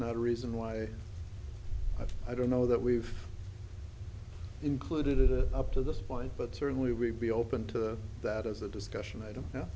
not a reason why i don't know that we've included it up to this point but certainly we be open to that as a discussion i don't know